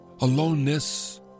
aloneness